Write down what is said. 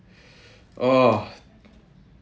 oh